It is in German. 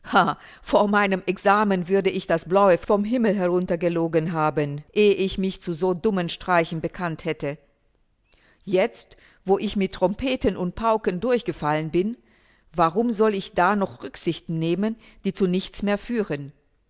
vor meinem examen würde ich das blaue vom himmel herunter gelogen haben ehe ich mich zu so dummen streichen bekannt hätte jetzt wo ich mit trompeten und pauken durchgefallen bin warum soll ich da noch rücksichten nehmen die zu nichts mehr führen